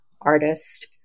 artist